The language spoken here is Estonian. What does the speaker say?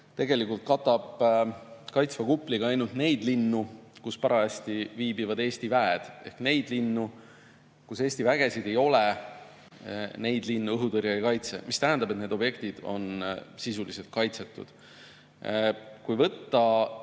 tegelikult katab kaitsva kupliga ainult neid linnu, kus parajasti viibivad Eesti väed. Neid linnu, kus Eesti vägesid ei ole, õhutõrje ei kaitse. See tähendab, et need objektid on sisuliselt kaitsetud. Kui võtta